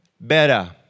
better